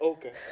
Okay